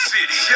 City